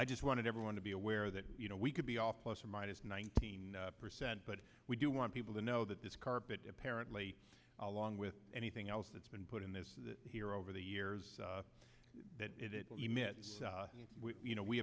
i just wanted everyone to be aware that you know we could be plus or minus nineteen percent but we do want people to know that this carpet apparently along with anything else that's been put in this here over the years that it will emit you know we